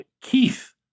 Keith